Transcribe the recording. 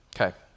Okay